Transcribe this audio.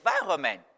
environment